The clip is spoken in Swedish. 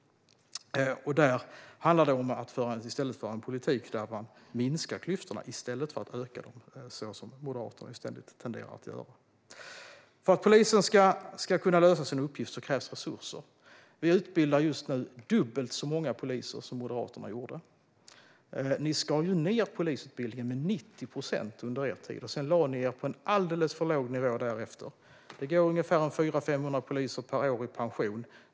Det handlar om att i stället föra en politik där man minskar klyftorna i stället för att öka dem så som Moderaterna tenderar att göra. För att polisen ska kunna lösa sina uppgifter krävs resurser. Vi utbildar just nu dubbelt så många poliser som Moderaterna gjorde. Ni skar ned polisutbildningen med 90 procent under er tid. Sedan lade ni er på en alldeles för låg nivå därefter. Det går ungefär 400-500 poliser per år i pension.